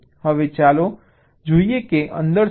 હવે ચાલો જોઈએ કે અંદર શું છે